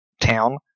town